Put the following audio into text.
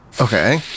okay